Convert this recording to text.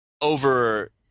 Over –